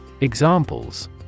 Examples